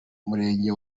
murenge